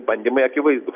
bandymai akivaizdūs